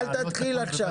אל תתחיל עכשיו.